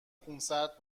خونسرد